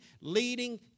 leading